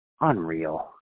Unreal